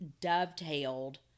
dovetailed